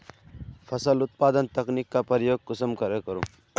फसल उत्पादन तकनीक का प्रयोग कुंसम करे करूम?